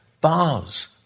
bars